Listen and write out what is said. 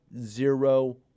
zero